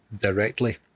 directly